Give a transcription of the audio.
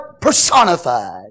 personified